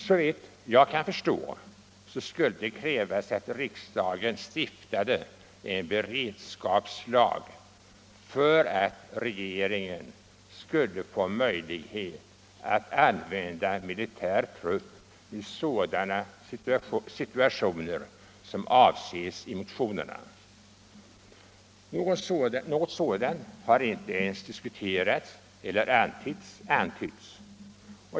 Såvitt jag kan förstå skulle det krävas att riksdagen stiftade en beredskapslag för att regeringen skulle få möjlighet att använda militär trupp i sådana situationer som avses i motionerna. Något sådant har inte ens diskuterats eller antytts.